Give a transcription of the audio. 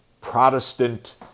Protestant